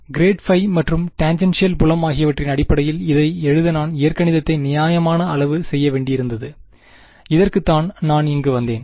grad phi மற்றும் tangential புலம் ஆகியவற்றின் அடிப்படையில் இதை எழுத நான் இயற்கணிதத்தை நியாயமான அளவு செய்ய வேண்டியிருந்தது இதற்குதான் நான் இங்கு வந்தேன்